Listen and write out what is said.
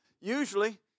usually